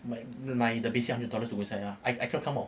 my my the basic hundred dollars to go inside ah I I cannot come out